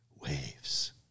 Waves